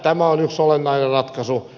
tämä on yksi olennainen ratkaisu